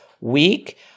week